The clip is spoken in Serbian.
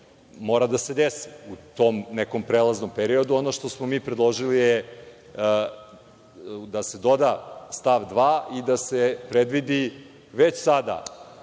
mora da se desi u tom nekom prelaznom periodu. Ono što smo mi predložili je da se doda stav 2. i da se predvidi već sada